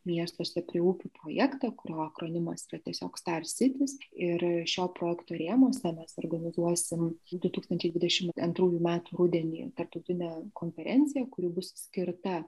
miestuose prie upių projektą kurio akronimas yra tiesiog star sitis ir šio projekto rėmuose mes organizuosim su du tūkstančiai dvidešimt antrųjų metų rudenį tarptautinę konferenciją kuri bus skirta